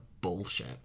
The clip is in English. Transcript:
bullshit